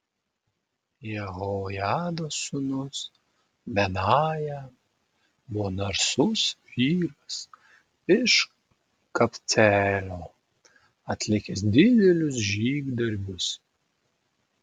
jehojados sūnus benaja buvo narsus vyras iš kabceelio atlikęs didelius žygdarbius